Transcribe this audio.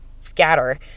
scatter